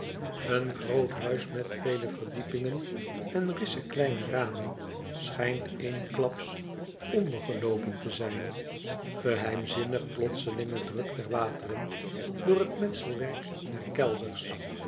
een groot huis met vele verdiepingen en rissen kleine ramen schijnt eensklaps ondergeloopen te zijn geheimzinnig plotselinge druk der wateren door het metselwerk der kelders